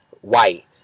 white